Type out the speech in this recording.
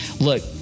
Look